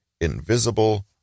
invisible